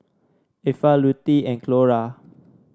Effa Lutie and Clora